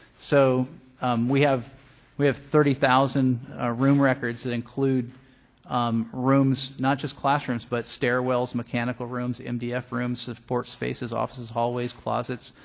so we have we have thirty thousand ah room records that include um rooms not just classrooms but stairwells, mechanical rooms, mdf rooms, support spaces, offices, hallways, closets,